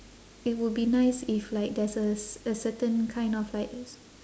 it would be nice if like there's a c~ a certain kind of like